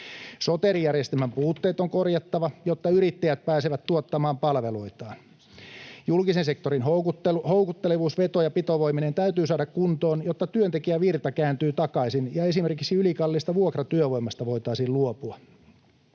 Soteri-järjestelmän puutteet on korjattava, jotta yrittäjät pääsevät tuottamaan palveluitaan. Julkisen sektorin houkuttelevuus veto‑ ja pitovoimineen täytyy saada kuntoon, jotta työntekijävirta kääntyy takaisin ja esimerkiksi ylikalliista vuokratyövoimasta voitaisiin luopua.